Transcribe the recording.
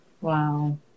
Wow